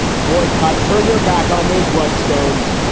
boycott, turn your back on those rudd scolds.